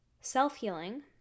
Self-healing